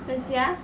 在家